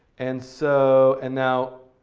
and so, and now,